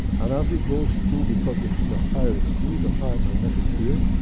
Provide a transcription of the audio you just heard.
and as it goes through, because it has a higher speed and higher magnetic field,